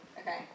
Okay